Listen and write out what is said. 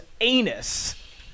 anus